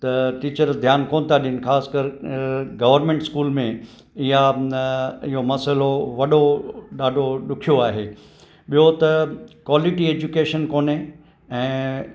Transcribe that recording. त टीचर ध्यानु कोन था ॾियनि ख़ासि कर गवरमेंट स्कूल में या न इहो मसिलो वॾो ॾाढो ॾुखियो आहे ॿियो त क्वालिटी एजुकेशन कोन्हे ऐं